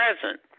present